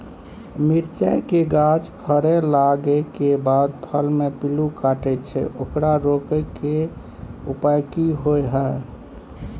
मिरचाय के गाछ फरय लागे के बाद फल में पिल्लू काटे छै ओकरा रोके के उपाय कि होय है?